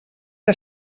que